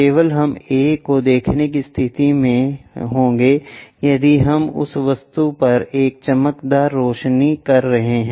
केवल हम A को देखने की स्थिति में होंगे यदि हम उस वस्तु पर एक चमकदार रोशनी कर रहे हैं